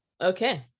Okay